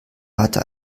hatte